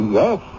yes